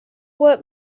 what